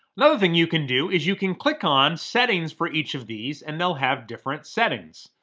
another thing you can do is you can click on settings for each of these, and they'll have different settings.